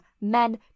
men